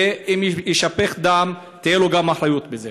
ואם יישפך דם, תהיה לו אחריות גם בזה.